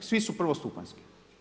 Svi su prvostupanjski.